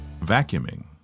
Vacuuming